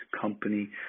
Company